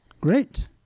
Great